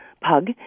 pug